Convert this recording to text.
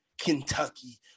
Kentucky